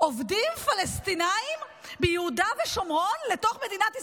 עובדים פלסטינים מיהודה ושומרון לתוך מדינת ישראל?